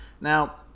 Now